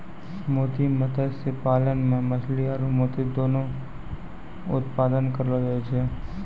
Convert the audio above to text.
मोती मत्स्य पालन मे मछली आरु मोती दुनु उत्पादन करलो जाय छै